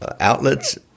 outlets